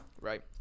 right